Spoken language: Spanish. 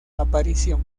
aparición